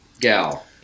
gal